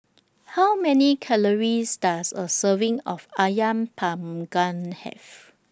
How Many Calories Does A Serving of Ayam Panggang Have